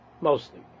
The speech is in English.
Mostly